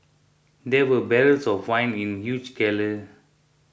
there were barrels of wine in huge